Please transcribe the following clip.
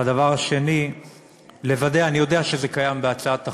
והדבר השני, לוודא, אני יודע שזה קיים בהצעת החוק,